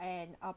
and uh